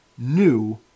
NEW